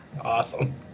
awesome